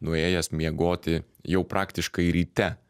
nuėjęs miegoti jau praktiškai ryte